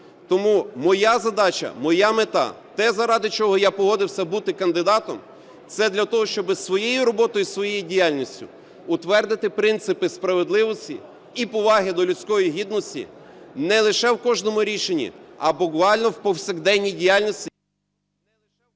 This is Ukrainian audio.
Тому моя задача, моя мета, те, заради чого я погодився бути кандидатом, – це для того, щоб своєю роботою і своєю діяльністю утвердити принципи справедливості і поваги до людської гідності не лише в кожному рішенні, а буквально в повсякденній діяльності...